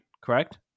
correct